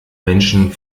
menschen